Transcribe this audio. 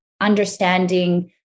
understanding